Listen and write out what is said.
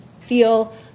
feel